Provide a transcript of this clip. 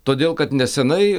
todėl kad nesenai